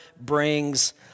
brings